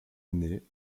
année